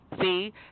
See